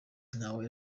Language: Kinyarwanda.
ntawe